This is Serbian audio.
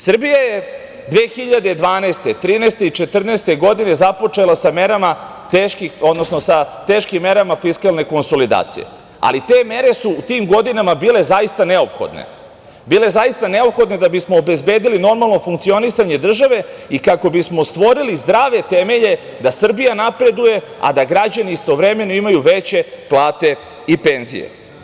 Srbija je 2012, 2013. i 2014. godine započela sa teškim merama fiskalne konsolidacije, ali te mere su u tim godinama bile zaista neophodne da bismo obezbedili normalno funkcionisanje države i kako bismo stvorili zdrave temelje da Srbija napreduje, a da građani istovremeno imaju veće plate i penzije.